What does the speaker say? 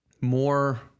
more